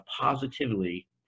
positively